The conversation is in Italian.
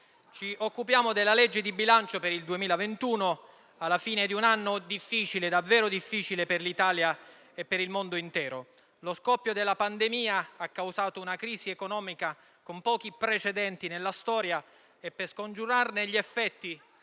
ci occupiamo del disegno di legge di bilancio per il 2021 alla fine di un anno davvero difficile per l'Italia e per il mondo intero. Lo scoppio della pandemia ha causato una crisi economica con pochi precedenti nella storia e per scongiurarne gli effetti